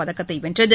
பதக்கத்தை வென்றது